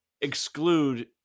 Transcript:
exclude